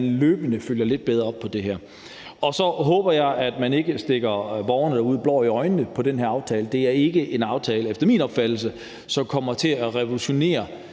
man løbende følger lidt bedre op på det her. Så håber jeg, at man ikke stikker borgerne derude blår i øjnene, hvad angår den her aftale. Det er efter min opfattelse ikke en aftale, som kommer til at revolutionere